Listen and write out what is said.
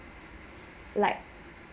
like